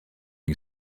you